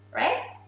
right?